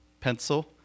pencil